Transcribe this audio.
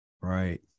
Right